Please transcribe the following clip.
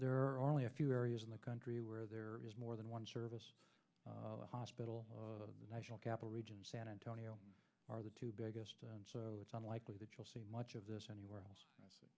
are only a few areas in the country where there is more than one service hospital the national capital region san antonio are the two biggest so it's unlikely that you'll see much of this anywhere else